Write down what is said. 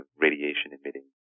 radiation-emitting